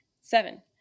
Seven